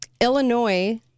Illinois